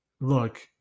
Look